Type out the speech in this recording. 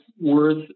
worth